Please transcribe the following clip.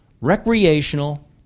recreational